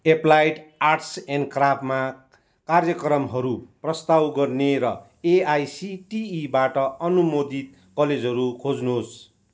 applied arts and क्राफ्ट्समा कार्यक्रमहरू प्रस्ताव गर्ने र एआइसिटिईबाट अनुमोदित कलेजहरू खोज्नुहोस्